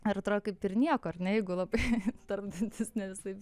ir atrodo kaip ir nieko ar ne jeigu labai tarpdantis ne visai